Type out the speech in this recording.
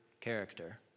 character